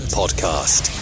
podcast